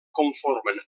conformen